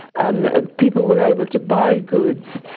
um ah people were able to buy goods,